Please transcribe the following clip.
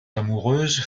amoureuses